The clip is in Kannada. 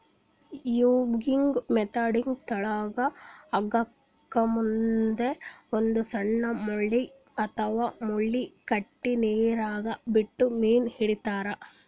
ಯಾಂಗ್ಲಿಂಗ್ ಮೆಥೆಡ್ನಾಗ್ ತೆಳ್ಳಗ್ ಹಗ್ಗಕ್ಕ್ ಮುಂದ್ ಒಂದ್ ಸಣ್ಣ್ ಮುಳ್ಳ ಅಥವಾ ಮಳಿ ಕಟ್ಟಿ ನೀರಾಗ ಬಿಟ್ಟು ಮೀನ್ ಹಿಡಿತಾರ್